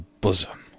bosom